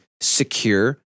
secure